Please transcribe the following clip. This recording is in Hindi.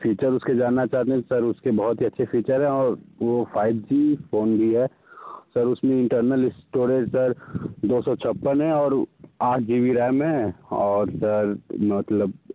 फ़ीचर्स उसके जानना चाहते हैं सर उसके बहुत ही अच्छे फ़ीचर्स हैं और वो फ़ाइव जी फ़ोन भी है सर उसकी इंटर्नल स्टोरेज सर दो सौ छप्पन है और आठ जी बी रेम है और सर मतलब